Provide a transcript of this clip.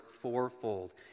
fourfold